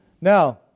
Now